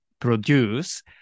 produce